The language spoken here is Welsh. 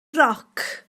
roc